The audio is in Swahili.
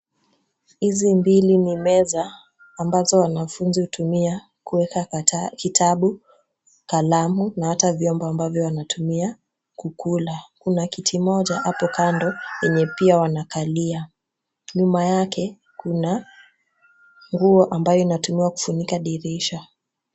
Hizi mbili ni meza ambazo wanafunzi hutumia kuweka kitabu, kalamu na ata vyombo ambavyo wanataumia kukula. Kuna kiti moja hapo kando yenye pia wanakalia. Nyuma yake kuna nguo ambayo inatumiwa kufunika dirisha.